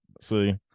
See